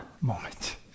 moment